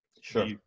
sure